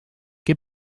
què